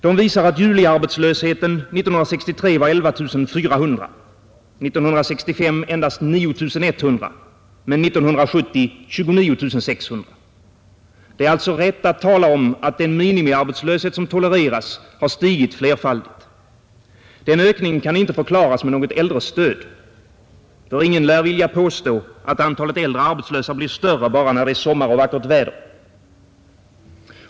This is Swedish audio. De visar att juliarbetslösheten 1963 var 11 400, 1965 endast 9 100 men 1970 29 600. Det är alltså rätt att tala om att den minimiarbetslöshet som tolereras har stigit flerfaldigt. Den ökningen kan inte förklaras med något äldrestöd. Ingen lär vilja påstå att antalet äldre arbetslösa blir större bara när det är sommar och vackert väder.